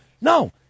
No